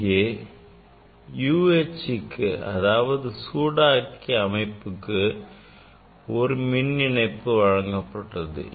இங்கே U Hக்கு அதாவது சூடாக்கி அமைப்புக்கு மின் இணைப்பு வழங்கப்பட்டுள்ளது